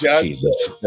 jesus